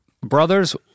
Brothers